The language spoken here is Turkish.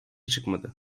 çıkmadı